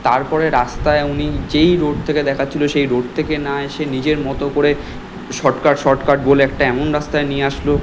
তারপরে রাস্তায় উনি যেই রোড থেকে দেখাচ্ছিল সেই রোড থেকে না এসে নিজের মতো করে শর্টকাট শর্টকাট বলে একটা এমন রাস্তায় নিয়ে আসলো